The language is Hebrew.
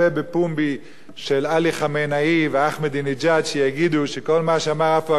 של עלי חמינאי ואחמדינג'אד שיגידו שכל מה שאמר עפו אגבאריה זה נכון,